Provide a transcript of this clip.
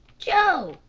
joe,